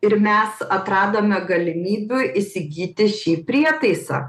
ir mes atradome galimybių įsigyti šį prietaisą